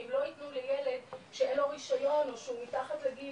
כמו שלא יתנו לילד שאין לו רישיון או שהוא מתחת לגיל